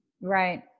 Right